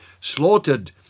slaughtered